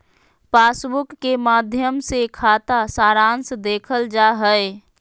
passbook के माध्मय से खाता सारांश देखल जा हय